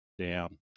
down